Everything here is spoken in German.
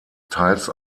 teils